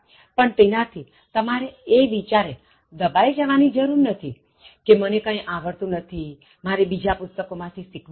પણ તેનાથી તમારે એ વિચારે દબાઇ જવાની જરુર નથી કે મને કંઇ આવડતું નથીમારે બીજા પુસ્તકો માંથી શીખવું પડશે